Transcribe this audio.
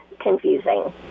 confusing